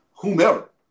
whomever